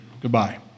Goodbye